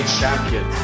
champion